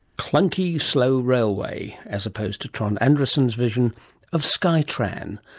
clunky, slow railway, as opposed to trond andresen's vision of skytran,